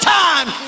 time